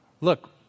Look